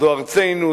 זו ארצנו,